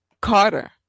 Carter